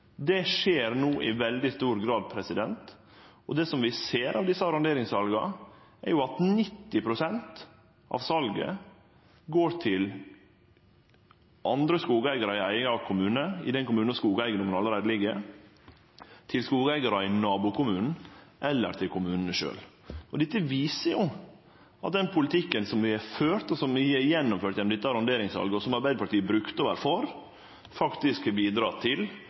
Det skjer no i veldig stor grad, og det vi ser av desse arronderingssala, er at 90 pst. av salet går til andre skogeigarar i eigen kommune – i den kommunen som skogeigedomen allereie ligg – til skogeigarar i nabokommunen eller til kommunane. Dette viser at den politikken vi har ført, som vert gjennomført gjennom dette arronderingssalet, og som Arbeidarpartiet brukte å vere for, faktisk har bidratt til